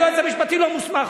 היועץ המשפטי לא מוסמך,